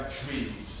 trees